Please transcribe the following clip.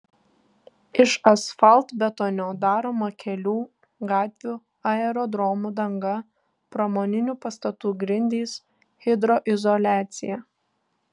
iš asfaltbetonio daroma kelių gatvių aerodromų danga pramoninių pastatų grindys hidroizoliacija